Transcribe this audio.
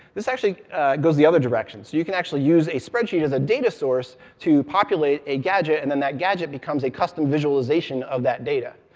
this actually goes the other direction, so you can actually use a spreadsheet as a data source, to populate a gadget, and then that gadget becomes a custom visualization of that data.